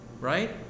Right